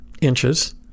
inches